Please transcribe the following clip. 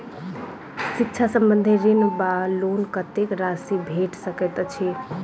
शिक्षा संबंधित ऋण वा लोन कत्तेक राशि भेट सकैत अछि?